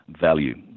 value